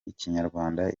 ikinyarwanda